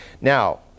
Now